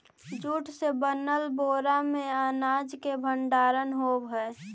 jute से बनल बोरा में अनाज के भण्डारण होवऽ हइ